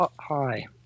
Hi